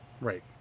Right